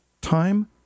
Time